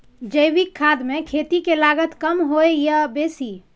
जैविक खाद मे खेती के लागत कम होय ये आ बेसी?